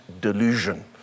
delusion